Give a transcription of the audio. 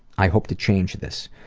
i hope to change this.